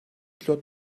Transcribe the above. pilot